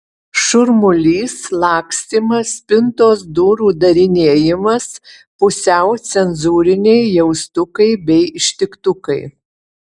šurmulys lakstymas spintos durų darinėjimas pusiau cenzūriniai jaustukai bei ištiktukai